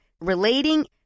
relating